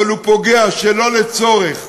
אבל הוא פוגע שלא לצורך,